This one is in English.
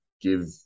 give